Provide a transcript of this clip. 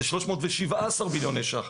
זה 317 מיליון שקלים,